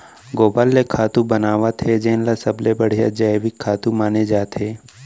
गोबर ले खातू बनावत हे जेन ल सबले बड़िहा जइविक खातू माने जाथे